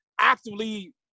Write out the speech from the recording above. actively